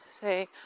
say